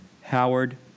Howard